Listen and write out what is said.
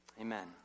Amen